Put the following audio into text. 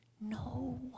No